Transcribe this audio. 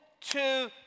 two